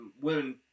women